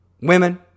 women